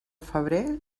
febrer